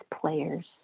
players